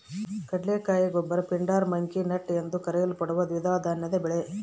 ಕಡಲೆಕಾಯಿ goober pindar monkey nut ಎಂದೂ ಕರೆಯಲ್ಪಡುವ ದ್ವಿದಳ ಧಾನ್ಯದ ಬೆಳೆ